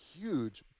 huge